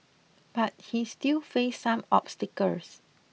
but he still faced some obstacles